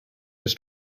was